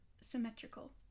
symmetrical